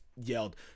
yelled